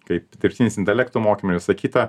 kaip dirbtinis intelekto mokymai ir visa kita